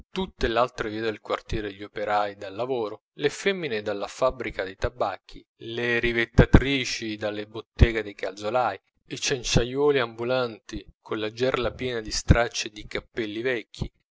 tutte l'altre vie del quartiere gli operai dal lavoro le femmine dalla fabbrica dei tabacchi le rivettatrici dalle botteghe dei calzolai i cenciaiuoli ambulanti con la gerla piena di stracci e di cappelli vecchi